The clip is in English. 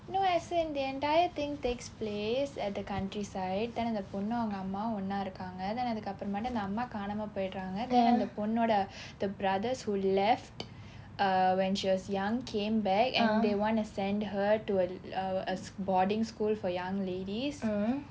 no as in the entire thing takes place at the countryside then அந்த பொண்ணும் அவங்க அம்மாவும் ஒண்ணா இருக்காங்க:antha ponnum avnga ammavum onnaa irukkaanga then அதுக்கு அப்புறம் மட்டும் அந்த அம்மா காணாம போயிறாங்க:athukku appuram mattum antha amma kaanaamaa poyiraanga then அந்த பொண்ணோட:antha ponnoda the brothers who left uh when she was young came back and they wanna send her to a uh a boarding school for young ladies